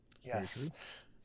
Yes